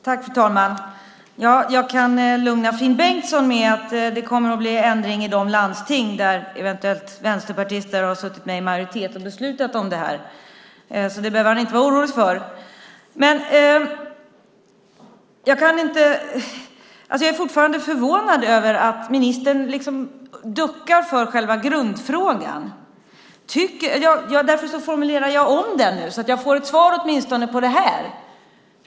Fru talman! Jag kan lugna Finn Bengtsson med att det kommer att bli ändring i de landsting där vänsterpartister eventuellt har suttit med i majoritet och beslutat om det här. Det behöver han inte vara orolig för. Jag är fortfarande förvånad över att ministern liksom duckar för själva grundfrågan. Därför formulerar jag om den så att jag får ett svar åtminstone på det här.